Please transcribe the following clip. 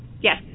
Yes